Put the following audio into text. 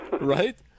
Right